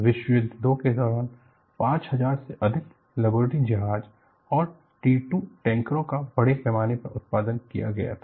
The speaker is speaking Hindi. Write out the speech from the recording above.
विश्व युद्ध 2 के दौरान 5000 से अधिक लिबर्टी जहाजों और T 2 टैंकरों का बड़े पैमाने पर उत्पादन किया गया था